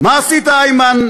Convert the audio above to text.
מה עשית, איימן,